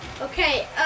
okay